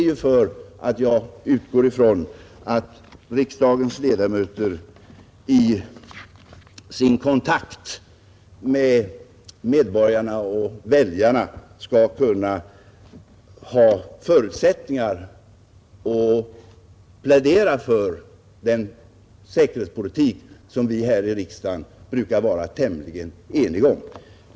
Jag utgår då från att riksdagens ledamöter i sin kontakt med medborgarna och väljarna skall kunna ha förutsättningar att plädera för den säkerhetspolitik som vi här i riksdagen brukar vara tämligen eniga om.